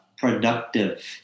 productive